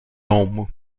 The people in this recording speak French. homme